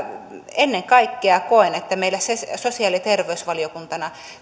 ennen kaikkea koen että kyllä meidän sosiaali ja terveysvaliokuntana